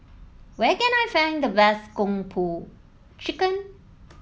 where can I find the best Kung Po Chicken